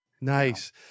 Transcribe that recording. Nice